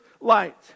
light